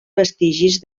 vestigis